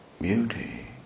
beauty